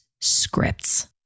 scripts